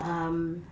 um